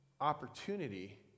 opportunity